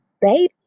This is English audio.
baby